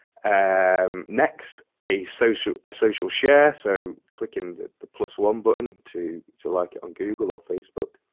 and um next a social ah social share so clicking the the plus one button to to like it on google or facebook.